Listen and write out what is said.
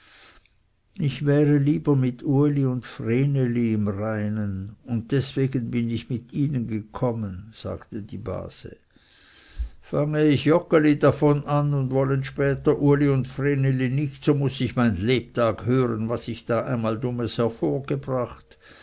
ich wäre lieber mit uli und vreneli im reinen und deswegen bin ich mit ihnen gekommen sagte die base fange ich joggeli davon an und wollen später uli und vreneli nicht so muß ich mein lebtag hören was ich da einmal dumms hervorgebracht